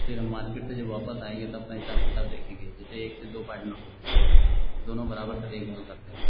फ़िर हम मार्केट से जब वापस आएंगे तब हिसाब किताब देखेंगे जैसे एक से दो पार्टनर होते हैं इसमें दोनों बराबर से देखभाल करते हैं